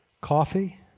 coffee